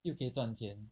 又可以赚钱